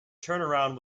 turnaround